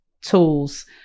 tools